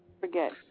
forget